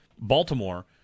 Baltimore